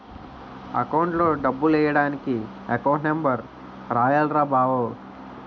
అకౌంట్లో డబ్బులెయ్యడానికి account number రాయాల్రా బావో